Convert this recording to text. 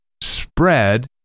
spread